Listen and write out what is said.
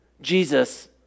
Jesus